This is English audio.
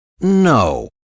No